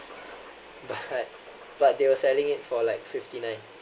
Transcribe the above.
but but they were selling it for like fifty nine